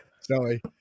Sorry